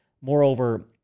Moreover